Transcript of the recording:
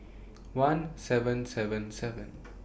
one seven seven seven